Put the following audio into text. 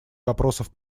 вопросов